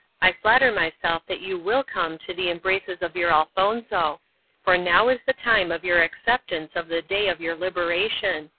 i flatter myself that you will come to the embraces of your elfonzo for now is the time of your acceptance of the day of your liberation.